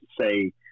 say